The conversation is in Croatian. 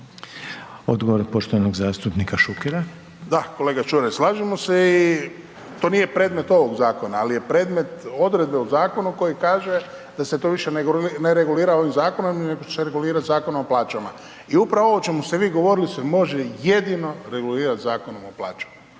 Odgovor poštovanog zastupnika Šukera. **Šuker, Ivan (HDZ)** Da kolega Čuraj, slažemo se i to nije predmet ovog zakona, ali je predmet odredbe o zakonu koji kaže da se to više ne regulira ovim zakonom, nego će se regulirati Zakonom o plaćama. I upravo o čemu ste vi govorili se može jedino regulirati Zakonom o plaćama.